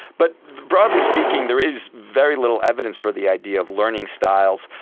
but broadly speaking there is very little evidence for the idea of learning styles.